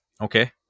Okay